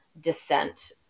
dissent